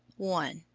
one.